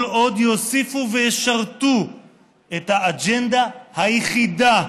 כל עוד יוסיפו וישרתו את האג'נדה היחידה,